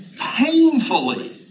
painfully